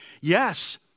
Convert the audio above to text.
Yes